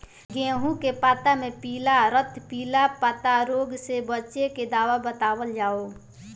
गेहूँ के पता मे पिला रातपिला पतारोग से बचें के दवा बतावल जाव?